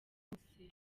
wose